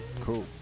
Cool